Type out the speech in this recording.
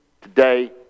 today